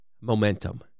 momentum